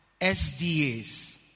SDAs